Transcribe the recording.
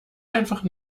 einfach